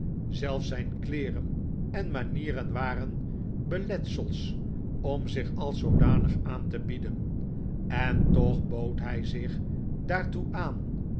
zelfs zijn kleeren en manieren waren beletsels om zich als zoodanig aan te bieden en toch bood hij zich daartoe aan